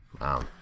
Wow